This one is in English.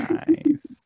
nice